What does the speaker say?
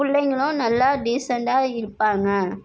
பிள்ளைங்களும் நல்லா டீசண்டாக இருப்பாங்க